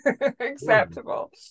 acceptable